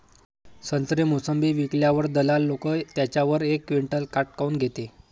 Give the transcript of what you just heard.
संत्रे, मोसंबी विकल्यावर दलाल लोकं त्याच्यावर एक क्विंटल काट काऊन घेते?